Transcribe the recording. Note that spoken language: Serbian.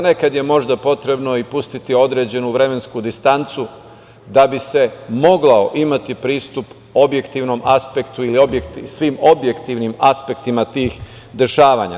Nekad je možda potrebno pustiti određenu vremensku distancu da bi se mogao imati pristup objektivnom aspektu, svim objektivnim aspektima tih dešavanja.